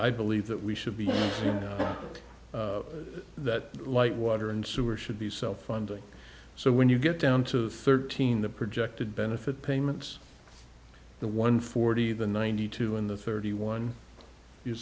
i believe that we should be you know that like water and sewer should be self funding so when you get down to the thirteen the projected benefit payments the one forty the ninety two in the thirty one you